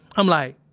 i'm like,